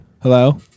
Hello